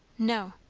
no.